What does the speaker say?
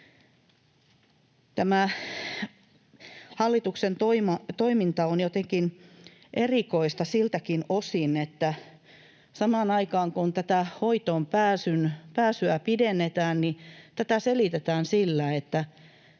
hallituksen toiminta on jotenkin erikoista siltäkin osin, että samaan aikaan, kun tätä hoitoonpääsyä pidennetään, tätä selitetään sillä, että